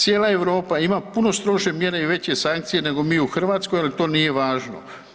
Cijela Europa ima puno strože mjere i veće sankcije nego mi u Hrvatskoj jel nam to nije važno.